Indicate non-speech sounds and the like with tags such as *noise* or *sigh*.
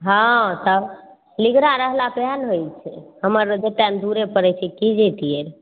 हॅं तब *unintelligible* रहला सएह ने होइ छै हमर जतै ने दूरे पड़ै छै की जइतियै